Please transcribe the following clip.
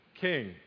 King